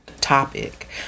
topic